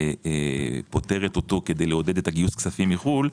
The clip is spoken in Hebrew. שהחקיקה פוטרת אותו כדי לעודד את גיוס הכספים מחו"ל,